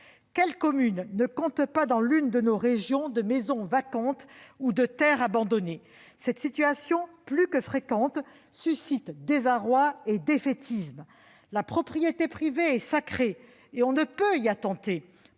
Quelle commune ne compte pas, dans l'une de nos régions, de maison vacante ou de terre abandonnée ? Cette situation plus que fréquente suscite désarroi et défaitisme : la propriété privée est sacrée et on ne peut y attenter